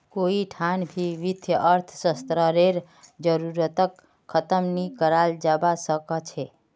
कोई ठान भी वित्तीय अर्थशास्त्ररेर जरूरतक ख़तम नी कराल जवा सक छे